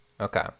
Okay